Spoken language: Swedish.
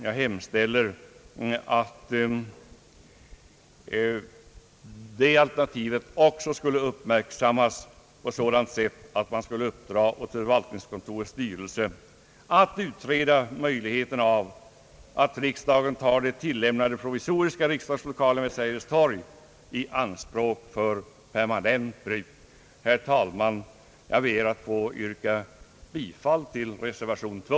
Jag hemställer alltså att alternativet vid Sergels torg också skulle uppmärksammas på sådant sätt, att man uppdrar åt förvaltningskontorets styrelse att utreda möjligheten av att riksdagen tar de tillämnade provisoriska riksdagslokalerna vid Sergels torg i anspråk för permanent bruk. Herr talman! Jag ber att få yrka bifall till reservation 2.